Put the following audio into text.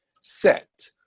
Set